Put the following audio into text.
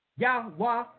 Yahweh